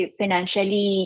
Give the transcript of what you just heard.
financially